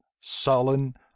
sullen